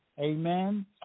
Amen